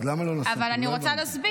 אז למה לא --- אבל רגע, אז אני רוצה להסביר.